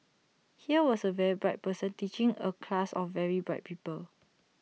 here was A very bright person teaching A class of very bright people